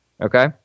Okay